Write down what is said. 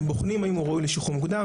הם בוחנים האם הוא ראוי לשחרור מוקדם,